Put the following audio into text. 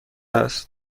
است